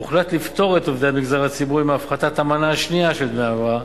הוחלט לפטור את עובדי המגזר הציבורי מהפחתת המנה השנייה של דמי ההבראה,